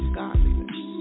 godliness